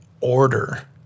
order